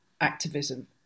activism